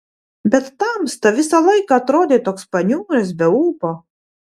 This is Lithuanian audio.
bet tamsta visą laiką atrodei toks paniuręs be ūpo